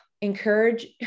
encourage